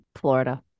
florida